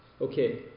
Okay